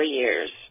years